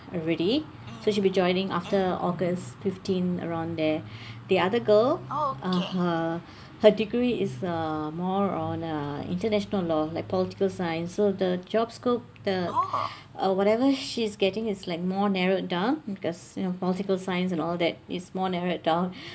already so she'll be joining after august fifteen around there the other girl ah her her degree is uh more on uh international law like political science so the job scope the or whatever she's getting it's like more narrowed down because you know political science and all that is more narrowed down